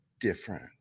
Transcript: different